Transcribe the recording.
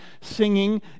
singing